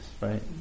right